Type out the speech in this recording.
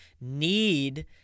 need